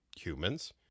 humans